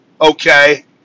okay